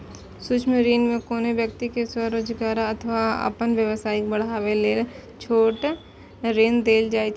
सूक्ष्म ऋण मे कोनो व्यक्ति कें स्वरोजगार या अपन व्यवसाय बढ़ाबै लेल छोट ऋण देल जाइ छै